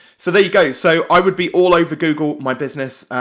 so there you go. so i would be all over google my business,